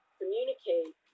communicate